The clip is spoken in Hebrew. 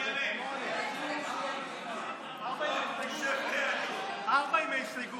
4, עם ההסתייגות.